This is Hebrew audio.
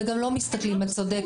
וגם לא מסתכלים, את צודקת.